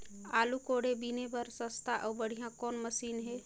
आलू कोड़े बीने बर सस्ता अउ बढ़िया कौन मशीन हे?